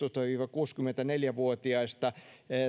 viiva kuusikymmentäneljä vuotiaista